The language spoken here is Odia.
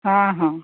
ହଁ ହଁ